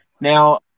Now